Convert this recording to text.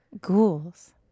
ghouls